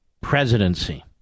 presidency